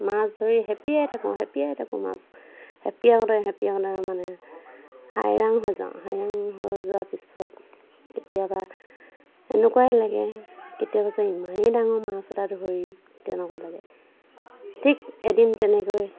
মাছ ধৰি খেপিয়াই থাকোঁ খেপিয়াই থাকোঁ মাছ খেপিয়াওঁতে খেপিয়াওঁতে মানে হাইৰাণ হৈ যাওঁ হাইৰাণ হৈ যোৱাৰ পিছত কেতিয়াবা এনেকুৱাই লাগে কেতিয়াবা যে ইমানেই ডাঙৰ মাছ এটা ধৰিম তেনেকুৱা লাগে ঠিক এদিন তেনেকৈ